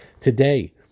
today